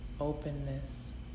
openness